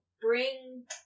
bring